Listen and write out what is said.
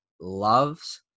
loves